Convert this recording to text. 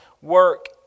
work